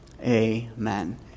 Amen